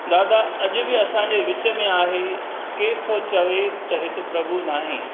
दादा अॼु बि असांजे विच में आहे केरु थो चवे त हिते प्रभु न आहे